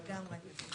לגמרי.